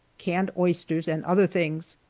canned oysters, and other things.